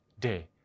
day